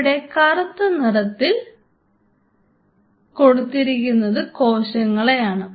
ഇവിടെ കറുത്തനിറത്തിൽ കൊടുത്തിരിക്കുന്നത് കോശങ്ങളെയാണ്